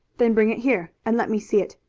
then bring it here, and let me see it.